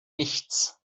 nichts